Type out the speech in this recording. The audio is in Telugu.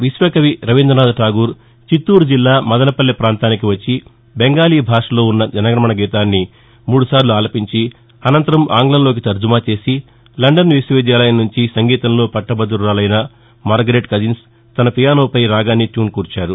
విశ్వకవి రవీంద్రనాధ్ ఠాగూర్ చిత్తూరు జిల్లా మదనపల్లె పాంతానికి వచ్చి బెంగాలీ భాషలో ఉన్న జనగణమన గీతాన్ని మూడుసార్లు ఆలపించి అనంతరం ఆంగ్లంలోకి తర్జుమా చేసి లండన్ విశ్వవిద్యాలయం నుంచి సంగీతంలో పట్టభదురాలైన మార్గరెట్ కజిన్స్ తన పియానోపై రాగాన్ని ట్యూన్ కూర్చారు